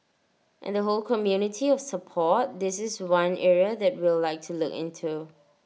and the whole community of support this is one area that we'll like to look into